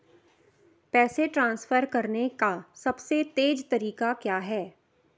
पैसे ट्रांसफर करने का सबसे तेज़ तरीका क्या है?